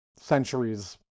centuries